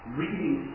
reading